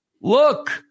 look